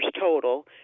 total